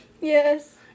Yes